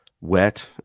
wet